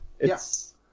Yes